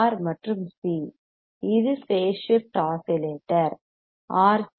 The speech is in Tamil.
ஆர் மற்றும் சி இது பேஸ் ஷிப்ட் ஆஸிலேட்டர் ஆர்